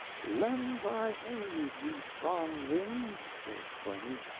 lend thy aid, ye strong winds, they exclaimed,